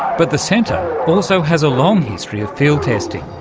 but the centre also has a long history of field testing.